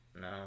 No